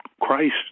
Christ